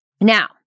Now